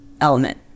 element